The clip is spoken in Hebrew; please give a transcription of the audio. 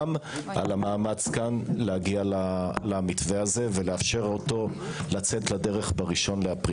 על המאמץ כאן להגיע למתווה הזה ולאפשר אותו לצאת לדרך ב-1.4.